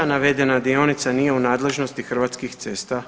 Navedena dionica nije u nadležnosti Hrvatskih cesta.